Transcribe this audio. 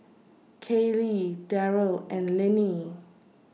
Kayleigh Deryl and Linnie